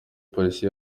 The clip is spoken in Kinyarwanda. polisi